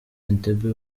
entebbe